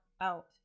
out